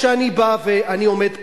כשאני בא ואני עומד פה,